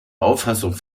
auffassung